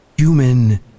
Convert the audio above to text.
...human